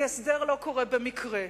כי הסדר לא קורה במקרה,